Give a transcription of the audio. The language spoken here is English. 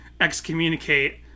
excommunicate